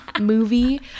movie